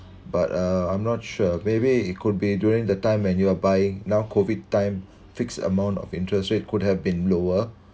but uh I'm not sure maybe it could be during the time when you are buying now COVID time fixed amount of interest rate could have been lower